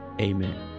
amen